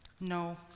No